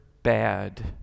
bad